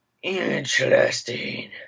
Interesting